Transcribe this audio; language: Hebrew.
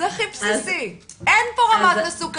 זה הכי בסיסי, אין פה רמת מסוכנות.